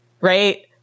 Right